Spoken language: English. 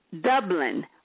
Dublin